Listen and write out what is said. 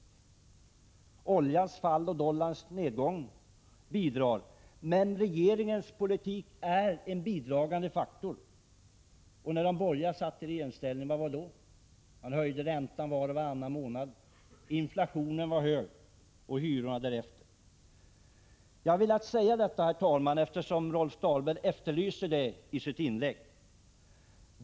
Prisfallet på olja och dollarns nedgång bidrar, men regeringens politik är en bidragande faktor. När de borgerliga satt i regeringsställning, vad hände då? Man höjde räntan var och varannan månad, inflationen var hög och hyrorna därefter. Herr talman! Jag har velat säga detta eftersom Rolf Dahlberg efterlyste det i sitt inlägg.